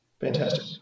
Fantastic